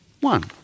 one